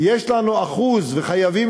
יש לנו אחוז, ואנו חייבים